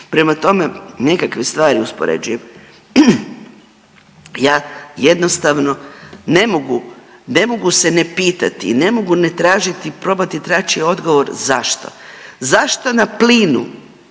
prema tome nekakve stvari uspoređujem, ja jednostavno ne mogu, ne mogu se ne pitati i ne mogu ne tražiti i probati naći odgovor zašto, zašto na plinu